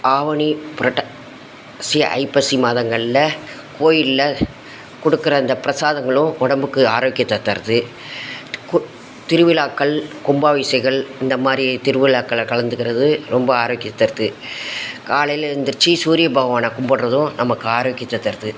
ஆவணிப் புரட்டாசி ஐப்பசி மாதங்களில் கோயிலில் கொடுக்குற அந்தப் பிரசாதங்களும் உடம்புக்கு ஆரோக்கியத்தை தருது கு திருவிழாக்கள் கும்பாபிஷேங்கள் இந்தமாதிரி திருவிழாக்களில் கலந்துக்கிறது ரொம்ப ஆரோக்கியம் தருது காலையில் எழுந்திரிச்சு சூரியப் பகவானை கும்புடுறதும் நமக்கு ஆரோக்கியத்தை தருது